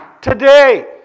today